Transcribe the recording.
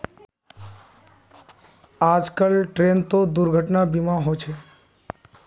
आजकल ट्रेनतो दुर्घटना बीमा होचे